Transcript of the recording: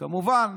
כמובן